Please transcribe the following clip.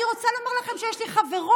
אני רוצה לומר לכם שיש לי חברות